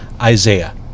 Isaiah